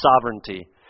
sovereignty